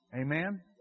Amen